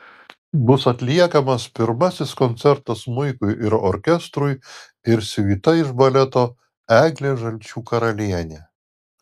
bus atliekamas pirmasis koncertas smuikui ir orkestrui ir siuita iš baleto eglė žalčių karalienė